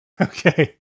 Okay